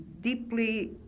deeply